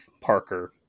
Parker